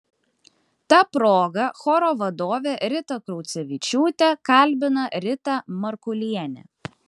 ta proga choro vadovę ritą kraucevičiūtę kalbina rita markulienė